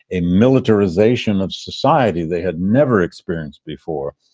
a militarization of society they had never experienced before.